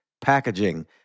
packaging